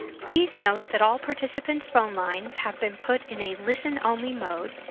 please note that all participants' phone lines have been put in a listen only mode,